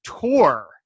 Tour